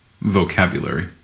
vocabulary